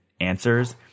answers